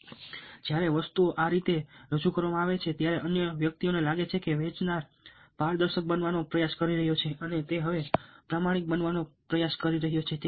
હવે જ્યારે વસ્તુઓ આ રીતે રજૂ કરવામાં આવે છે ત્યારે અન્ય વ્યક્તિને લાગે છે કે વેચનાર પારદર્શક બનવાનો પ્રયાસ કરી રહ્યો છે અને તે હવે પ્રમાણિક બનવાનો પ્રયાસ કરી રહ્યો છે